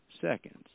seconds